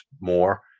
more